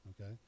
okay